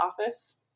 office